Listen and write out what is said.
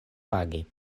pagi